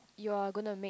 you are gonna make